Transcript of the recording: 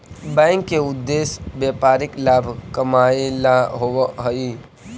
bank के उद्देश्य व्यापारिक लाभ कमाएला होववऽ हइ